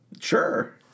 Sure